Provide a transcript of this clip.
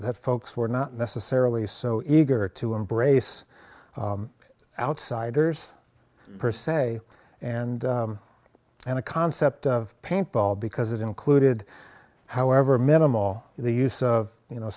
that folks were not necessarily so eager to embrace outsiders per se and and a concept of paint ball because it included however minimal the use of you know